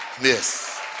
Yes